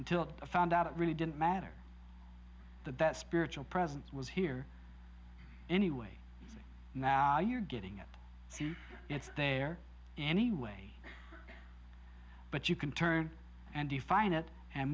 until i found out it really didn't matter that that spiritual presence was here anyway so now you're getting it it's there anyway but you can turn and define it and